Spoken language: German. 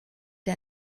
der